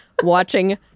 watching